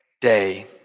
day